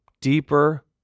deeper